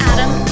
Adam